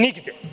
Nigde.